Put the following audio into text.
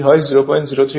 সুতরাং এটি 970 rpm হবে